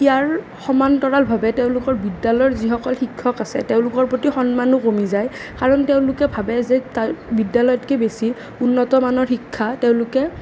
ইয়াৰ সমান্তৰালভাৱে তেওঁলোকৰ বিদ্যালয়ৰ যিসকল শিক্ষক আছে তেওঁলোকৰ প্ৰতি সন্মানো কমি যায় কাৰণ তেওঁলোকে ভাৱে যে বিদ্যালয়তকৈ বেছি উন্নত মানৰ শিক্ষা তেওঁলোকে